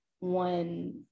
one